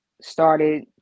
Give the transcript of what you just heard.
started